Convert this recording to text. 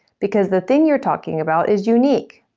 because the thing you're talking about is unique.